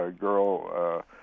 girl